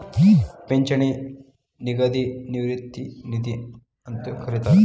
ಪಿಂಚಣಿ ನಿಧಿಗ ನಿವೃತ್ತಿ ನಿಧಿ ಅಂತೂ ಕರಿತಾರ